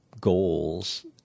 goals